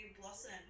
blossom